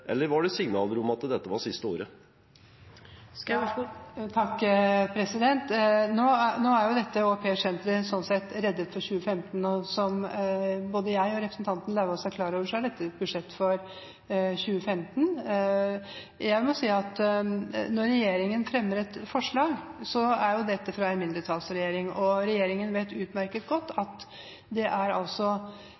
eller var det signaler om at dette var det siste året? Nå er jo Au Pair Center, slik sett, reddet for 2015. Og som både jeg og representanten Lauvås er klar over, er dette et budsjett for 2015. Jeg må si at når regjeringen fremmer et forslag, er det et forslag fra en mindretallsregjering. Regjeringen vet utmerket godt